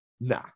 nah